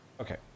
Okay